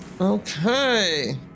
Okay